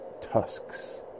tusks